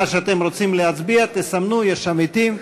מה שאתם רוצים להצביע תסמנו, יש שם עטים,